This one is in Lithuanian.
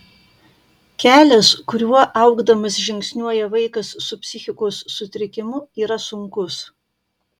kelias kuriuo augdamas žingsniuoja vaikas su psichikos sutrikimu yra sunkus